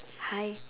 hi